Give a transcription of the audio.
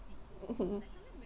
mmhmm